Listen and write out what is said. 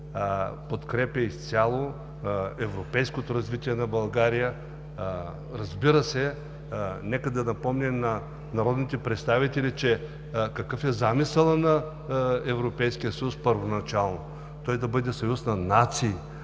подкрепя изцяло европейското развитие на България. Разбира се, нека да напомня на народните представители какъв е замисълът на Европейския съюз първоначално. Той да бъде Съюз на нации.